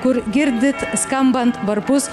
kur girdit skambant varpus